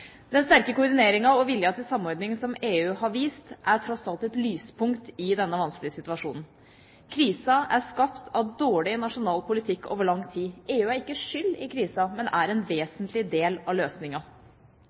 Den sterke koordineringen og viljen til samordning som EU har vist, er tross alt et lyspunkt i denne vanskelige situasjonen. Krisen er skapt av dårlig nasjonal politikk over lang tid. EU er ikke skyld i krisen, men er en